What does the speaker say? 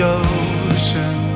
ocean